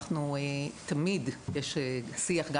אנחנו מנהלים שיח.